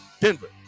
denver